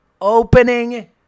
opening